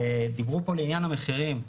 ודיברו פה לעניין המחירים.